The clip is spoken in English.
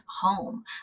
home